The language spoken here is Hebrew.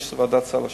יש ועדת סל השנה,